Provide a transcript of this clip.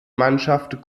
mannschaft